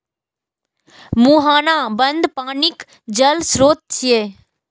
मुहाना बंद पानिक जल स्रोत छियै